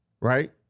right